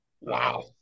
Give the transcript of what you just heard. wow